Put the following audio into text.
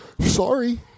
Sorry